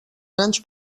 grans